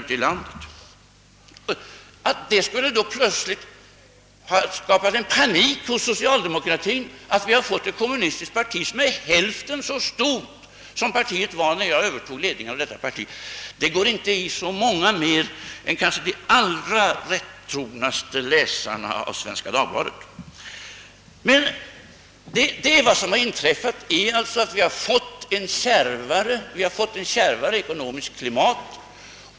Att det plötsligt skulle ha skapat panik hos socialdemokratin att vi fått ett kommunistiskt parti som är hälften så stort som det var när jag övertog ledningen av det socialdemokratiska partiet och att detta skulle vara anledningen till vår nuvarande hållning i försvarsfrågan, går nog inte i så många mer än de allra lätttrognaste läsarna av Svenska Dagbladet. Vad som har inträffat är alltså att vi har fått ett kärvare ekonomiskt klimat.